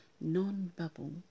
non-bubble